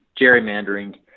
gerrymandering